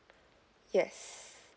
yes